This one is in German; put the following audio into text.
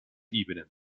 ebenen